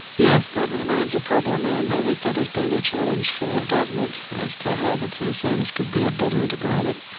yes, that remains a problem and i think that has been a challenge for government as to how the two services could be ah better integrated.